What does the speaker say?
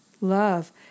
love